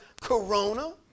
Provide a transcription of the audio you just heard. corona